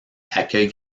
accueille